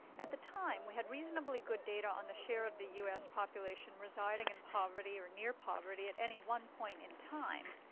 at the time, we had reasonably good data on a share of the u s. population residing in poverty or near-poverty at any one point in time,